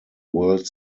world